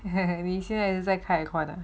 你现在也是开 aircon ah